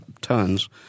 tons